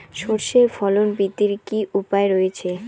সর্ষের ফলন বৃদ্ধির কি উপায় রয়েছে?